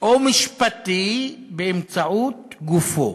או משפטי באמצעות גופו.